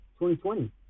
2020